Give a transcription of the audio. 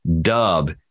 Dub